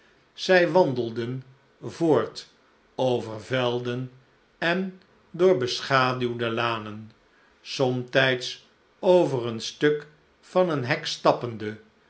zij wandelden voort over velden en door beschaduwde lanen somtijds over een stuk van een hek stappende